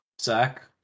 Zach